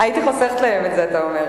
הייתי חוסכת להם את זה, אתה אומר.